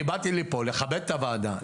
אני באתי לפה לכבד את הוועדה,